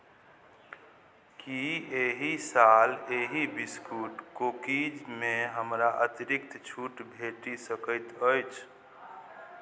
की एहि साल एहि बिस्कुट कुकीजमे हमरा अतिरिक्त छूट भेटि सकैत अछि